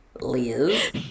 Liz